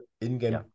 in-game